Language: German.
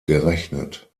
gerechnet